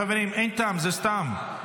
חברים, אין טעם, זה סתם.